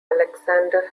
alexander